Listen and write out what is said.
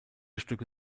stücke